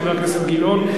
את חבר הכנסת גילאון,